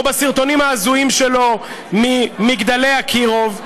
או בסרטונים ההזויים שלו ממגדלי אקירוב,